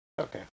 okay